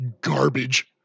garbage